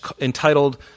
entitled